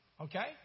okay